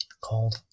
called